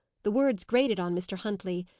the words grated on mr. huntley,